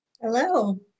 Hello